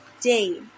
day